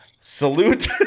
salute